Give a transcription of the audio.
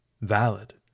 valid